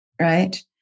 Right